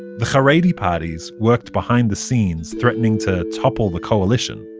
the charedi parties worked behind the scenes, threatening to topple the coalition.